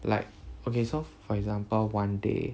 like okay so for example one day